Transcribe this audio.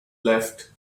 left